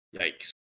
yikes